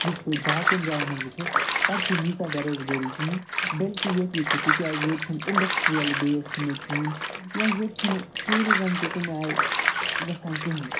یِتھ پٲٹھۍ باقیَن جاین مَنٛز تتہِ چھِنہٕ ییٖژاہ بے روزگٲری کِہیٖنۍ بلکہِ ییٚتی چھِ تِکیاز ییٚتہِ چھِنہٕ اِنڈَسٹریَل بیس چھِنہٕ ییٚتہِ کِہیٖنۍ یا ییٚتہِ چھِنہٕ ٹیوٗرِزِم تہِ تَمہِ آیہِ گَژھان کِہیٖنۍ